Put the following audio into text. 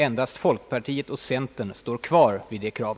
Endast folkpartiet och centerpartiet står fast vid sitt krav.